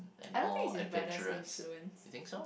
I don't think it's in brightness instrument